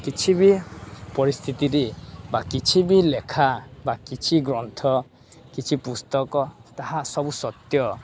କିଛି ବି ପରିସ୍ଥିତିରେ ବା କିଛି ବି ଲେଖା ବା କିଛି ଗ୍ରନ୍ଥ କିଛି ପୁସ୍ତକ ତାହା ସବୁ ସତ୍ୟ